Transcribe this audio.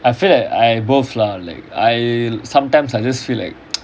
I feel like I both lah like I sometimes I just feel like